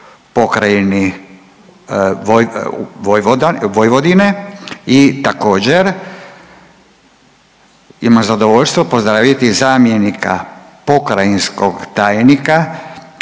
pokrajini Vojvodine i također imam zadovoljstvo pozdraviti zamjenika pokrajinskog tajnika